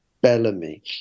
Bellamy